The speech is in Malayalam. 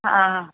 അ ആ ആ